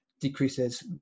decreases